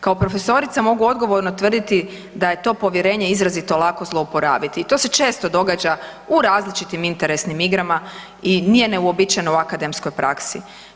Kao profesorica mogu odgovorno tvrditi da je to povjerenje izrazito lako zlouporabiti i to se često događa u različitim interesnim igrama i nije neuobičajeno u akademskoj praksi.